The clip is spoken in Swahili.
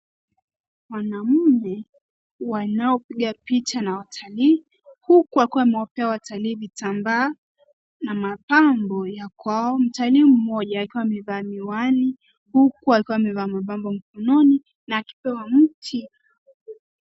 Wanaume wanao piga picha na watalii huku wakiwa wamepea watalii vitambaa na mapambo ya kwao. Mtalii mmoja akiwa amevaa miwani huku akiwa amevaa mapambo kiunoni na akipewa mti.